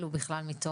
בבעיה.